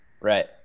Right